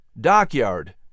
Dockyard